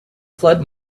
flood